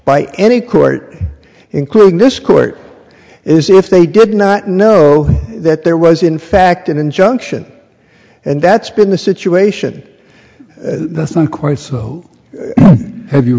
by any court including this court is if they did not know that there was in fact an injunction and that's been the situation that's not quite so have you